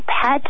pet